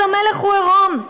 אז המלך הוא עירום.